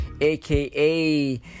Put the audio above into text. aka